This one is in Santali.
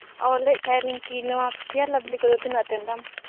ᱚ ᱞᱟᱹᱭᱮᱫ ᱛᱟᱦᱮᱱᱟᱞᱤᱧ ᱠᱤ ᱱᱚᱣᱟ ᱯᱷᱮᱭᱟᱨ ᱞᱟᱵᱽᱞᱤ ᱠᱚᱫᱚ ᱛᱤᱱᱟᱹᱜ ᱠᱟᱛᱮ ᱫᱟᱢ